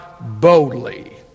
boldly